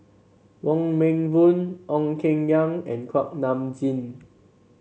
Wong Meng Voon Ong Keng Yong and Kuak Nam Jin